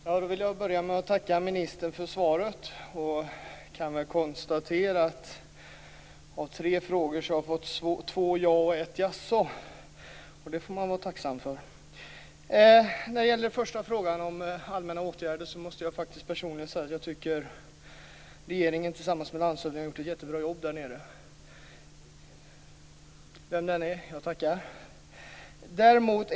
Fru talman! Jag vill börja med att tacka ministern för svaret. Jag kan konstatera att som svar på tre frågor har jag fått två ja och ett jaså, och det får man vara tacksam för. När det gäller den första frågan om allmänna åtgärder måste jag personligen säga att regeringen tillsammans med näringsministern gjort ett jättebra jobb därnere.